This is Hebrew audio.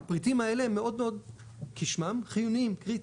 פריטים אלה הם מאוד מאוד, כשמם, חיוניים, קריטיים.